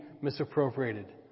misappropriated